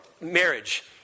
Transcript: marriage